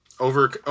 Over